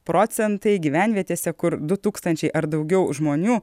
procentai gyvenvietėse kur du tūkstančiai ar daugiau žmonių